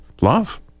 love